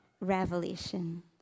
revelation